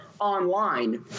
online